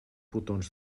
botons